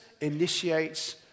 initiates